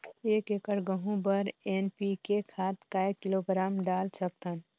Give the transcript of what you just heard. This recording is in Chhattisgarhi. एक एकड़ गहूं बर एन.पी.के खाद काय किलोग्राम डाल सकथन?